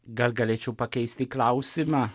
gal galėčiau pakeisti klausimą